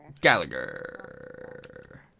Gallagher